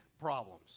problems